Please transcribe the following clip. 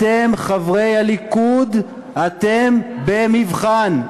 אתם, חברי הליכוד, אתם במבחן.